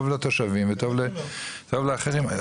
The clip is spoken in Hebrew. טוב לתושבים וטוב לאחרים.